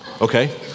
okay